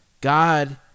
God